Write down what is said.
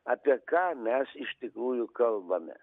apie ką mes iš tikrųjų kalbame